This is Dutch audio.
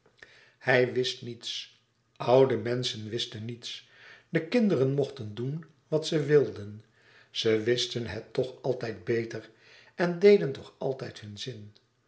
hij wist niets oude menschen wisten niets de kinderen mochten doen wat ze wilden ze wisten het toch altijd beter en deden toch altijd hun zin